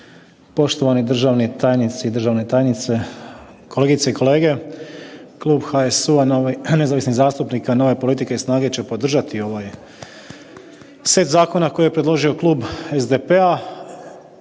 Poštovani državni tajnici i državne tajnice, kolegice i kolege. Klub HSU-a, nezavisnih zastupnika, Nove politike i SNAGA-e će podržati ovaj set zakona koji je predložio Klub SDP-a